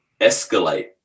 escalate